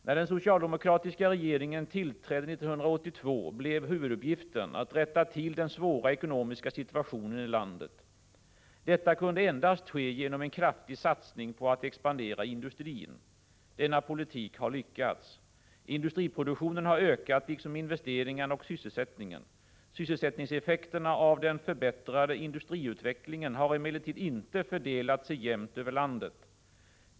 När den socialdemokratiska regeringen tillträdde 1982 blev huvuduppgiften att rätta till den svåra ekonomiska situationen i landet. Detta kunde endast ske genom en kraftig satsning på att expandera industrin. Denna politik har lyckats. Industriproduktionen har ökat liksom investeringarna och sysselsättningen. Sysselsättningseffekterna av den förbättrade industriutvecklingen har emellertid inte fördelat sig jämnt över landet.